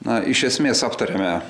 na iš esmės aptarėme